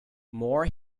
moore